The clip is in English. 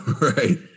Right